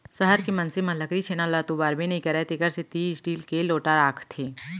सहर के मनसे मन लकरी छेना ल तो बारबे नइ करयँ तेकर सेती स्टील के लोटा राखथें